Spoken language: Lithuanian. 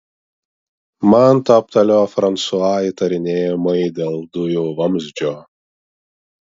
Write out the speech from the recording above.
man toptelėjo fransua įtarinėjimai dėl dujų vamzdžio